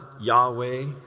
Yahweh